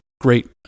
great